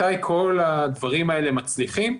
מתי כל הדברים האלה מצליחים?